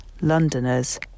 Londoners